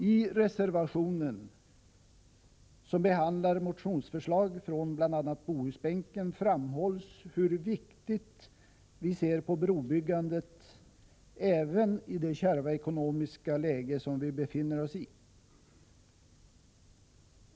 I reservationen, som behandlar motionsförslag från bl.a. Bohusbänken, framhålls hur viktigt vi anser brobyggandet vara även i det kärva ekonomiska läge som vi befinner oss i.